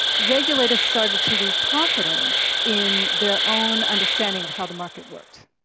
regulators started to lose confidence in their own understanding of how the market worked.